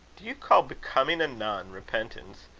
do you call becoming a nun repentance?